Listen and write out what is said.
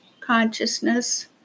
consciousness